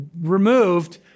removed